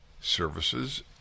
services